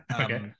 okay